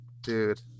dude